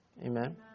Amen